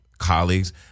colleagues